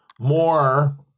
more